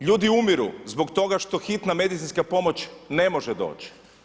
Ljudi umiru, zbog toga što Hitna medicinska pomoć ne može doć'